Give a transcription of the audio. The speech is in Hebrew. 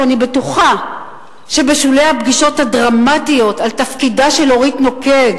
שאני בטוחה שבשולי הפגישות הדרמטיות על תפקידה של אורית נוקד,